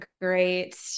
great